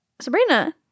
Sabrina